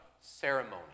ceremony